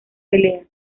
pelea